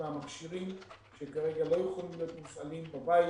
מהמכשירים, שכרגע לא יכולים להיות מופעלים בבית.